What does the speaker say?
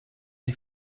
des